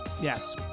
Yes